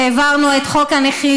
על שהעברנו את חוק הנכים,